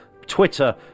Twitter